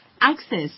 access